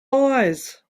lies